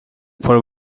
for